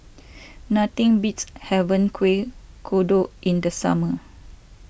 nothing beats having Kuih Kodok in the summer